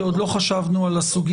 כי עוד לא חשבנו על הסוגיה.